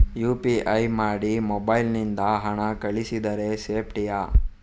UPI ಮಾಡಿ mobile ನಿಂದ ಹಣ ಕಳಿಸಿದರೆ ಸೇಪ್ಟಿಯಾ?